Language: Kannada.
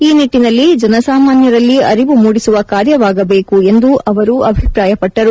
ಈ ನಿಟ್ಟಿನಲ್ಲಿ ಜನಸಾಮಾನ್ಯರಲ್ಲಿ ಅರಿವು ಮೂಡಿಸುವ ಕಾರ್ಯವಾಗಬೇಕು ಎಂದು ಅವರು ಅಭಿಪ್ರಾಯಪಟ್ಟರು